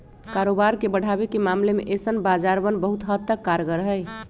कारोबार के बढ़ावे के मामले में ऐसन बाजारवन बहुत हद तक कारगर हई